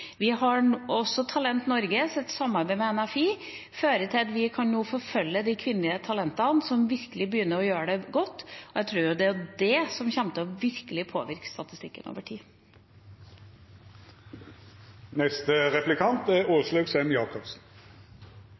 Vi har også Talent Norge, der et samarbeid med NFI fører til at vi nå kan forfølge de kvinnelige talentene som virkelig begynner å gjøre det godt. Jeg tror det er det som kommer til å påvirke statistikken over tid.